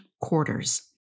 quarters